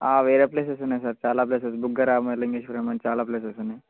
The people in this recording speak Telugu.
వేరే ప్లేసెస్ ఉన్నాయి సార్ చాలా ప్లేసెస్ బుగ్గరామ లింగేశ్వరం అని చాలా ప్లేసెస్ ఉన్నాయి